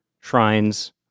shrines